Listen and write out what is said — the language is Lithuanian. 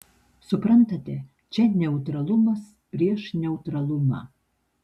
suprantate čia neutralumas prieš neutralumą